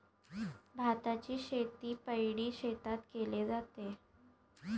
भाताची शेती पैडी शेतात केले जाते